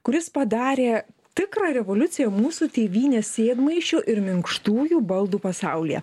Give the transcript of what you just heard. kuris padarė tikrą revoliuciją mūsų tėvynės sėdmaišių ir minkštųjų baldų pasaulyje